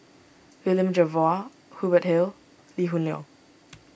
William Jervois Hubert Hill Lee Hoon Leong